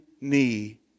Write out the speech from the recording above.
knee